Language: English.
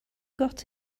got